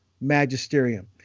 Magisterium